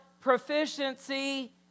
proficiency